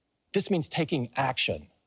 this means taking action.